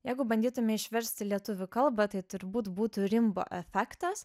jeigu bandytume išversti į lietuvių kalbą tai turbūt būtų rimbo efektas